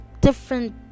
different